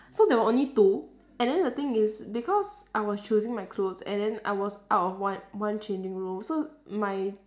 so there were only two and then the thing is because I was choosing my clothes and then I was out of one one changing room so my